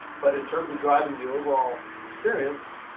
but in terms of driving the overall experience,